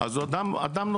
ככל שיש התייחסות לזה,